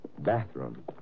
bathroom